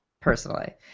personally